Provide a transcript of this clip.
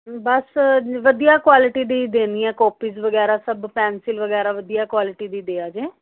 ਬਸ ਵਧੀਆ ਕੁਆਲਟੀ ਦੀ ਦੇਣੀ ਹੈ ਕੋਪੀਜ ਵਗੈਰਾ ਸਭ ਪੈਨਸਿਲ ਵਗੈਰਾ ਵਧੀਆ ਕੁਆਲਟੀ ਦੀ ਦਿਆ ਜੇ